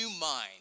mind